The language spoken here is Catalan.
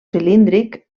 cilíndric